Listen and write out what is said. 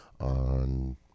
On